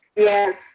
Yes